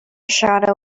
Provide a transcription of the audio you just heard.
shadow